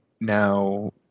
Now